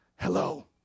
Hello